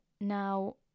Now